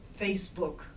Facebook